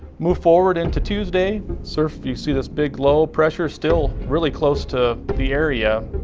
move forward into tuesday, so you see this big low pressure still really close to the area,